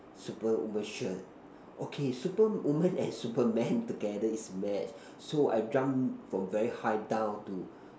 superwoman shirt okay superwoman and Superman together is match so I jump from very high down to